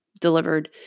Delivered